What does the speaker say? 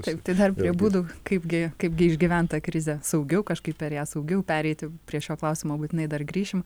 taip tai dar prie būdų kaipgi kaipgi išgyvent tą krizę saugiau kažkaip per ją saugiau pereiti prie šio klausimo būtinai dar grįšim